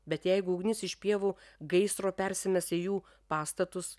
bet jeigu ugnis iš pievų gaisro persimes į jų pastatus